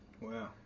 Wow